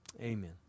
Amen